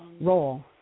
role